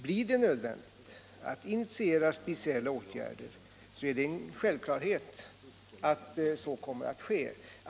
Blir det nödvändigt att initiera speciella åtgärder är det en självklarhet att sådana också kommer att vidtas.